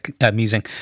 amusing